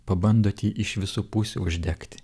pabandot jį iš visų pusių uždegti